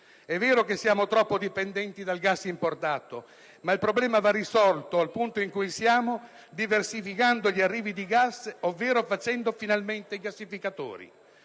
È vero che siamo troppo dipendenti dal gas importato, ma il problema, al punto in cui siamo, va risolto diversificando gli arrivi di gas, ovvero facendo finalmente i rigassificatori.